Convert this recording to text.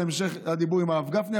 להמשך הדיבור עם הרב גפני,